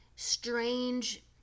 strange